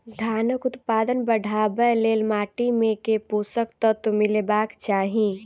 धानक उत्पादन बढ़ाबै लेल माटि मे केँ पोसक तत्व मिलेबाक चाहि?